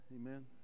Amen